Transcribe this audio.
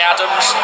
Adams